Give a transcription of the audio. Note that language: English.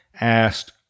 asked